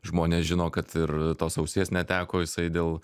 žmonės žino kad ir tos ausies neteko jisai dėl